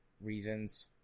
reasons